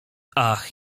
ach